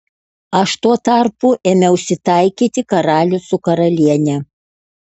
aš tuo tarpu ėmiausi taikyti karalių su karaliene